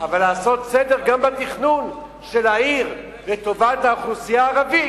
אבל לעשות סדר גם בתכנון של העיר לטובת האוכלוסייה הערבית.